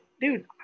dude